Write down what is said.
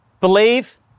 Believe